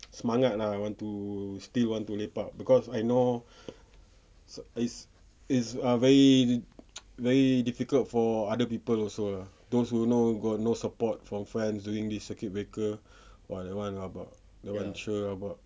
semangat lah want to still want to lepak cause I know is is ah very very difficult for other people also ah those who no got no support from friends during this circuit breaker !wah! that one rabak that one sure rabak